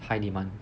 high demand